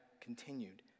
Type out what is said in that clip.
continued